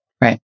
Right